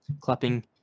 clapping